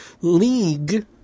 League